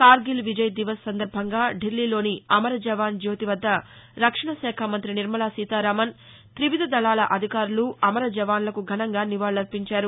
కార్గిల్ విజయ్ దివస్ సందర్బంగా ఢిల్లీలోని అమర జవాన్ జ్యోతి వద్ద రక్షణ శాఖ మంత్రి నిర్మలా సీతారామన్ తివిధ దళాల అధికారులు అమర జవాన్లకు ఘనంగా నివాళులర్పించారు